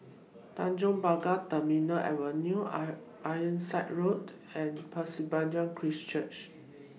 Tanjong Pagar Terminal Avenue iron Ironside Road and Pasir Panjang Christ Church